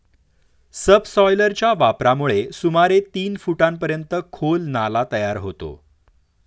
सबसॉयलरच्या वापरामुळे सुमारे तीन फुटांपर्यंत खोल नाला तयार होतो